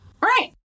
Right